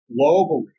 globally